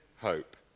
hope